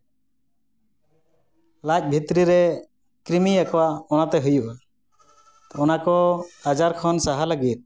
ᱞᱟᱡᱽ ᱵᱷᱤᱛᱨᱤ ᱨᱮ ᱠᱨᱤᱢᱤᱭᱮᱜ ᱠᱚᱣᱟ ᱚᱱᱟᱛᱮ ᱦᱩᱭᱩᱜᱼᱟ ᱚᱱᱟ ᱠᱚ ᱟᱡᱟᱨ ᱠᱷᱚᱱ ᱥᱟᱦᱟ ᱞᱟᱹᱜᱤᱫ